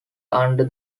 under